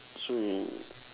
so you